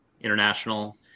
international